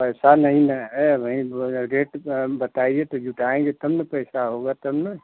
पैसा नहीं ना है नहीं दो हजार रेट तो हम बताइए तो जुटाएँगे तब ना पैसा होगा तब ना